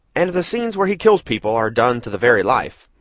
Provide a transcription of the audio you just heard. and the scenes where he kills people are done to the very life.